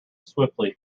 swiftly